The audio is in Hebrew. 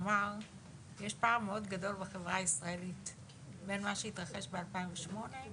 לפתוח ולייצר את החריג על הכלל של אימוץ על ידי איש ואשתו על